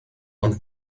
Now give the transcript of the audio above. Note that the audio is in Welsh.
ond